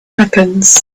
happens